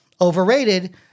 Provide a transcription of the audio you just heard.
Overrated